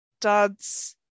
dad's